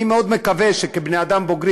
אני מאוד מקווה שכבני-אדם בוגרים,